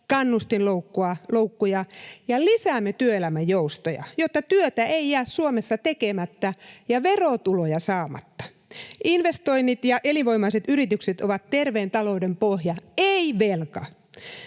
kannustinloukkuja ja lisäämme työelämän joustoja, jotta työtä ei jää Suomessa tekemättä ja verotuloja saamatta. Investoinnit ja elinvoimaiset yritykset ovat terveen talouden pohja, ei velka.